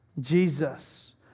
Jesus